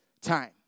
time